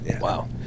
wow